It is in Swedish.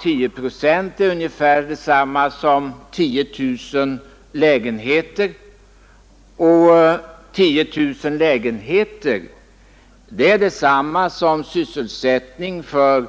10 procent är ungefär detsamma som 10000 lägenheter och 10 000 lägenheter motsvarar sysselsättning för